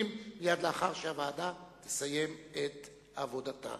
מייד לאחר שהוועדה תסיים את עבודתה.